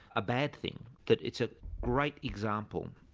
a bad thing. but it's a great example,